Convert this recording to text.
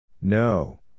No